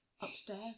upstairs